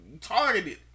targeted